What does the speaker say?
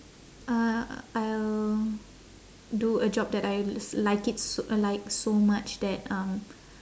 uh I'll do a job that I s~ like it s~ like so much that um